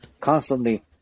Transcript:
constantly